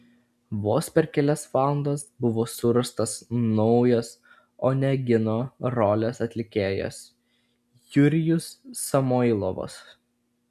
vos per kelias valandas buvo surastas naujas onegino rolės atlikėjas jurijus samoilovas